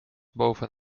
boven